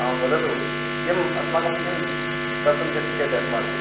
आं वदतु किम् अस्माकं किं कर्तुं शक्यते अस्माभिः